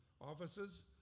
offices